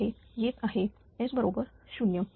येथे येत आहे S बरोबर 0